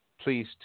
Please